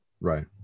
right